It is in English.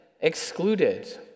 excluded